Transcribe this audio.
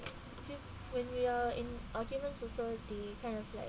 when we are in our cavern also they kind of like